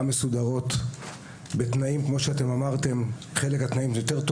מסודרות בתנאים כמו שאמרתם חלק טובים יותר,